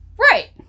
Right